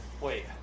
wait